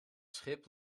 schip